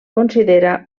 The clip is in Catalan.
considera